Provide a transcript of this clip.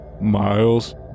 Miles